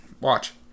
watch